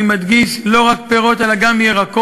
אני מדגיש, לא רק פירות, אלא גם ירקות,